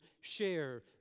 share